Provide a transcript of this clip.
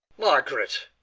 margaret!